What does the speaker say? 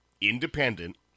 independent